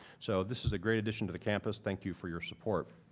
so this is a great addition to the campus. thank you for your support.